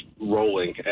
rolling